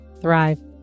thrive